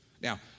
Now